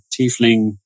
tiefling